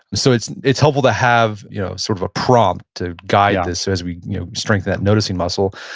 so it's it's helpful to have you know sort of a prompt to guide this so as we you know strengthen that noticing muscle.